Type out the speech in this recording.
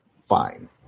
fine